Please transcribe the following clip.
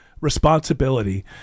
responsibility